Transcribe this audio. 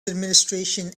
administration